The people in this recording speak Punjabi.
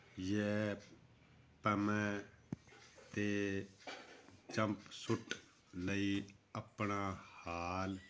ਜੈਪਪੈਮੈ 'ਤੇ ਜੰਪਸੁਟ ਲਈ ਆਪਣਾ ਹਾਲ